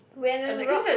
women rock